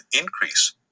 increase